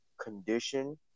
condition